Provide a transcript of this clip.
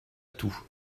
tout